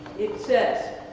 it says,